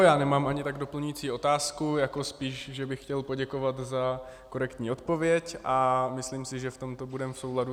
Já nemám ani tak doplňující otázku, jako spíš, že bych chtěl poděkovat za korektní odpověď, a myslím si, že v tomto budeme v souladu.